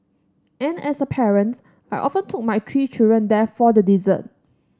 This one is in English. and as a parent I often took my three children there for the dessert